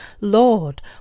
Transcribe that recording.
Lord